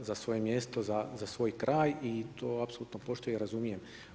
za svoje mjesto, za svoj kraj i to apsolutno poštujem i razumijem.